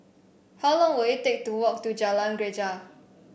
how long will it take to walk to Jalan Greja